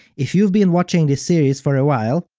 if you've been watching this series for a while,